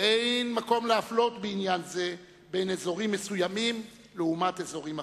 ואין מקום להפלות בעניין זה בין אזורים מסוימים לאזורים אחרים.